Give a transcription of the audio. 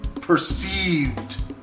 perceived